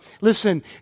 Listen